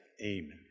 amen